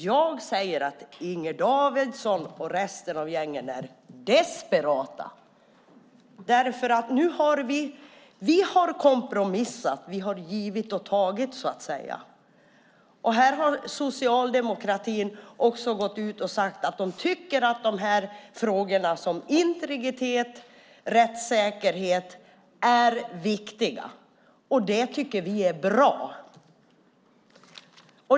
Jag säger att Inger Davidson och resten av gänget är desperata. Vi har kompromissat och givit och tagit. Här har Socialdemokraterna också gått ut och sagt att de tycker att frågorna integritet och rättssäkerhet är viktiga. Det tycker vi är bra.